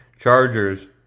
Chargers